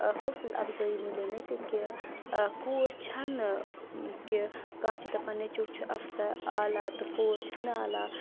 حوصلہٕ اَفضٲیی مِلے مےٚ تہِ کہِ کوٗر چھَنہٕ کہِ کانٛہہ چھِ دَپان نٮ۪چوٗ چھُ اَفسَر عالیٰ تہٕ کوٗر چھنہٕ عالیٰ